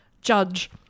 Judge